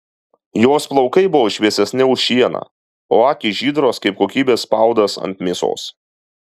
jos plaukai buvo šviesesni už šieną o akys žydros kaip kokybės spaudas ant mėsos